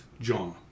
John